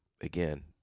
again